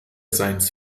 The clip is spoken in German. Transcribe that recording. science